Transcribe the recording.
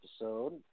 episode